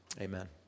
Amen